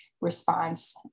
response